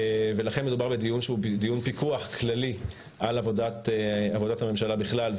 ולכן מדובר בדיון שהוא דיון פיקוח כללי על עבודת הממשלה בכלל,